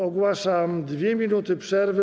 Ogłaszam 2 minuty przerwy.